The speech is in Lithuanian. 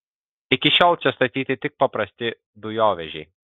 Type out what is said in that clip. iki šiol čia statyti tik paprasti dujovežiai